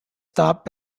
stop